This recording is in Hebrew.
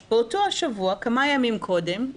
באותו השבוע, כמה ימים קודם,